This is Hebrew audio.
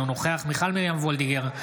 אינו נוכח מיכל מרים וולדיגר,